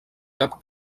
cap